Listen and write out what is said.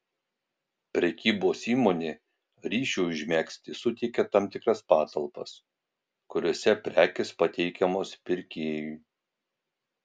prekybos įmonė ryšiui užmegzti suteikia tam tikras patalpas kuriose prekės pateikiamos pirkėjui